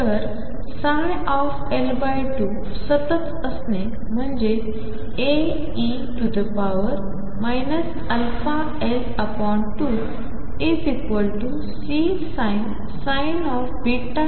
तर L2 सतत असणे म्हणजे A e αL2Csin βL2